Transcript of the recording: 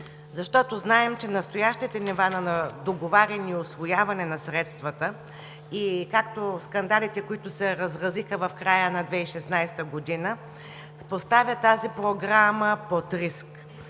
защото знаем, че настоящите нива на договаряне и усвояване на средствата, както и скандалите, които се разразиха в края на 2016 г., поставят тази Програма под риск